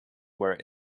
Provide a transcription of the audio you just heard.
where